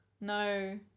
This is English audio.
No